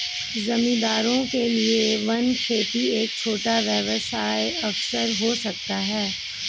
जमींदारों के लिए वन खेती एक छोटा व्यवसाय अवसर हो सकता है